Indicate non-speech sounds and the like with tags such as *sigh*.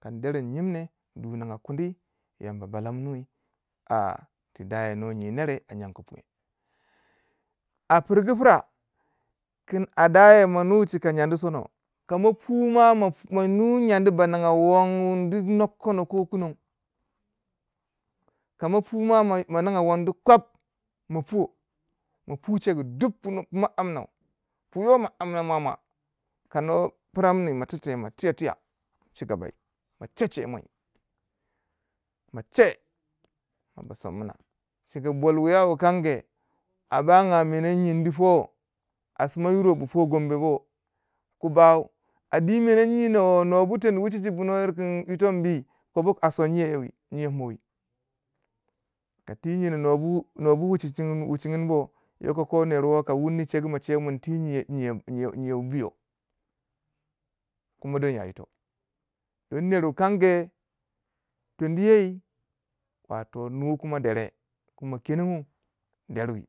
kanderi yi nyin ne du ningu kundi yambu balamimiwan *noise* a ti daya no nyi nere ayan ku pungye a pirgu pirakun a daya ma nu chika nyendu sono ka ma puwi ma mo nyiwi nyan du ba ninga wondu nokono ko kunon, kama puwi ma ma ninga wandi kwap ma pu wo ma pu che duk ku mo ma amna pu mo ma amna mwaumwa kanou pira mini mo tintiyeu mo tuya tuya chika bai, mo che che mo ma che nwo ba samna yi bol wuya wukange a bangai menan nyindi po a sima yiro wu po gombe wo ku bau a diwi menan nyino wo nuwo bu tengu titi wo nuwo yir kin yitong bi kobo a son nyiyau yo wi nyiyau pina wi ka ti yirin nwo bu wuchin wuchi chin bo yoko nerwo ka wuni chegu mo chewi mun ti nyiyau nyiyau nyiyau kuma don ya yito don ner wu kange tenui yai a toh yin nugumo bere kumo kengu nerwi